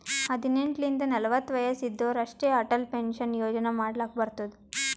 ಹದಿನೆಂಟ್ ಲಿಂತ ನಲ್ವತ ವಯಸ್ಸ್ ಇದ್ದೋರ್ ಅಷ್ಟೇ ಅಟಲ್ ಪೆನ್ಷನ್ ಯೋಜನಾ ಮಾಡ್ಲಕ್ ಬರ್ತುದ್